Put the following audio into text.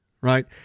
Right